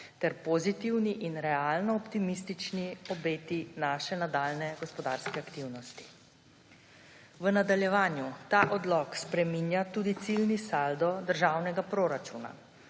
ter pozitivni in realno optimistični obeti naše nadaljnje gospodarske aktivnosti. V nadaljevanju ta odlok spreminja tudi ciljni saldo državnega proračuna,